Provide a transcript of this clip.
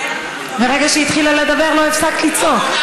מהרגע שהיא התחילה לדבר לא הפסקת לצעוק.